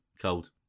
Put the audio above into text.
cold